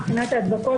מבחינת ההדבקות.